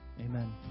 Amen